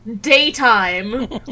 daytime